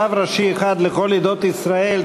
רב ראשי אחד לכל עדות ישראל),